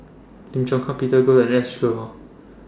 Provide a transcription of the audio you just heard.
Lim Chong Peter Goh and S